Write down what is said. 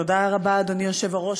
תודה רבה, אדוני היושב-ראש.